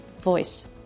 voice